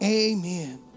amen